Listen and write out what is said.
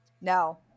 no